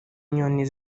nyoni